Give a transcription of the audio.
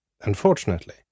Unfortunately